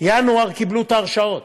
ובינואר קיבלו את ההרשאות.